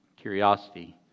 curiosity